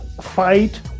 fight